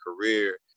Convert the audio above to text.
career